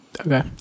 Okay